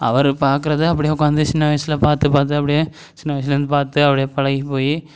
அவர் பார்க்கறத அப்படியே உட்காந்து சின்ன வயசில் பார்த்து பார்த்து அப்படியே சின்ன வயசுலேருந்து பார்த்து அப்படியே பழகி போய்